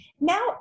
now